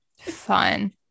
fun